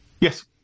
yes